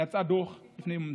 יצא דוח לפני כמה ימים,